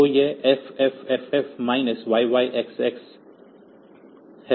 तो यह FFFF YYXX 1 है